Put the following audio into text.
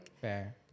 Fair